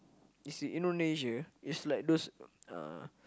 it's in Indonesia it's like those uh